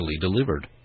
delivered